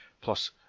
plus